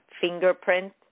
fingerprint